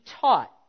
taught